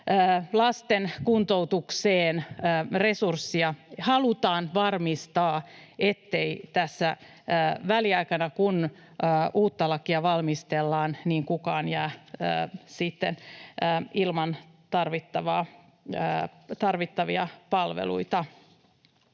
lasten kuntoutukseen resurssia, halutaan varmistaa, ettei tässä väliaikana, kun uutta lakia valmistellaan, kukaan jää ilman tarvittavia palveluita.